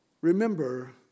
Remember